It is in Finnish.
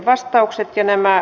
arvoisa puhemies